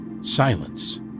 Silence